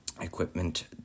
equipment